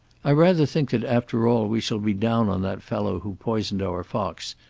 i rather think that after all we shall be down on that fellow who poisoned our fox,